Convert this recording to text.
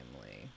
family